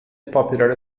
popular